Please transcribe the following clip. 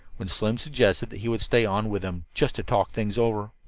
when slim suggested that he would stay on with him, just to talk things over.